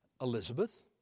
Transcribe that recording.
Elizabeth